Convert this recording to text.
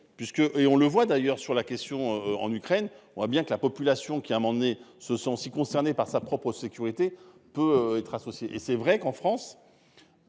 puisque et on le voit d'ailleurs sur la question. En Ukraine, on voit bien que la population qui a mon et ce sont aussi concernés par sa propre sécurité peut être associée et c'est vrai qu'en France.